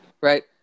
right